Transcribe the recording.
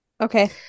Okay